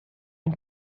ein